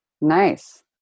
nice